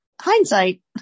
hindsight